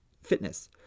fitness